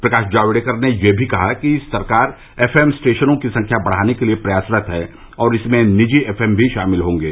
प्रकाश जावड़ेकर ने यह भी कहा कि सरकार एफएम स्टेशनों की संख्या बढ़ाने के लिए प्रयासरत है और इसमें निजी एफएम भी शामिल होंगे